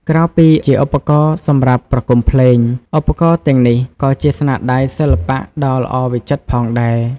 ក្រៅពីជាឧបករណ៍សម្រាប់ប្រគំភ្លេង ឧបករណ៍ទាំងនេះក៏ជាស្នាដៃសិល្បៈដ៏ល្អវិចិត្រផងដែរ។